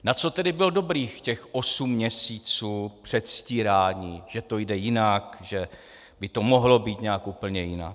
Na co tedy bylo dobrých těch osm měsíců předstírání, že to jde jinak, že by to mohlo být nějak úplně jinak?